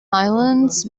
islands